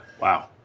wow